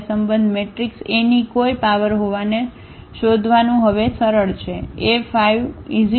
તેથી આ સંબંધ મેટ્રિક્સ A ની કોઈ પાવર હોવાને શોધવાનું હવે સરળ છે